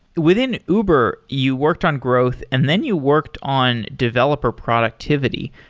within uber, you worked on growth and then you worked on developer productivity.